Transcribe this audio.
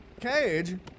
Cage